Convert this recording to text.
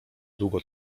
długo